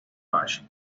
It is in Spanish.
bach